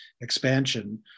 expansion